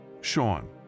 Sean